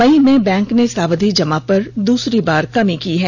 मई में बैंक ने सावधि जमा पर दूसरी बार कमी की है